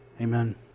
Amen